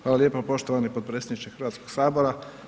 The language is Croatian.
Hvala lijepa poštovani potpredsjedniče Hrvatskog sabora.